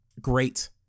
great